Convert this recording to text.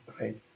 Right